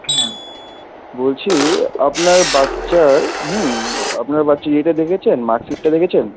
হ্যাঁ বলছি আপনার বাচ্চার হুম আপনার বাচ্চার ইয়েটা দেখেছেন মার্কশিটটা দেখেছেন